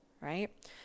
right